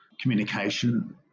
communication